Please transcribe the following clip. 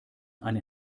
eine